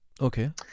okay